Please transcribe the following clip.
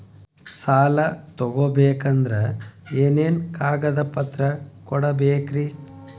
ಸಾಲ ತೊಗೋಬೇಕಂದ್ರ ಏನೇನ್ ಕಾಗದಪತ್ರ ಕೊಡಬೇಕ್ರಿ?